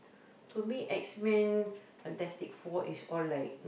to me X-Men Fantastic-Four is all like